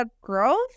Growth